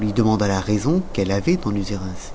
lui demanda la qu'elle avait d'eu user ainsi